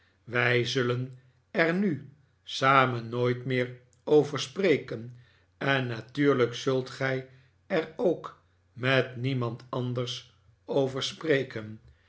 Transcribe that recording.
wij zullen er nu samen nooit meer over spreken en natuurlijk zult gij er ook met'niemand anders over spreken